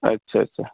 اچھا اچھا